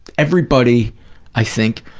everybody i think,